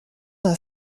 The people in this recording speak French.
d’un